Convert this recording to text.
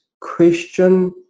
question